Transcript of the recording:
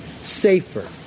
safer